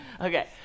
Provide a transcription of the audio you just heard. Okay